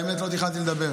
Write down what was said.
האמת היא שלא תכננתי לדבר,